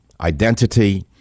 identity